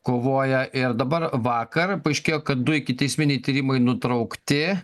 kovoja ir dabar vakar paaiškėjo kad du ikiteisminiai tyrimai nutraukti